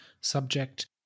subject